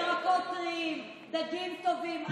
ירקות טריים, דגים טובים.